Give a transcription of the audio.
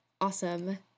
awesome